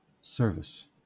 service